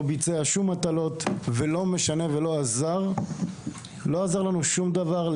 לא ביצע שום מטה ולא משנה מה עשינו לא עזר לנו שום דבר.